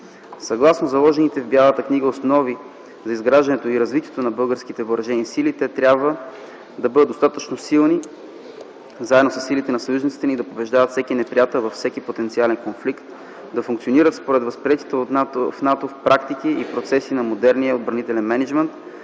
Съгласно заложените в Бялата книга основи за изграждането и развитието на българските въоръжени сили, те трябва: - да бъдат достатъчно силни заедно със силите на съюзниците ни и да побеждават всеки неприятел във всеки потенциален конфликт; - да функционират според възприетите в НАТО практики и процеси на модерния отбранителен мениджмънт;